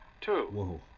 Two